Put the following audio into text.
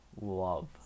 love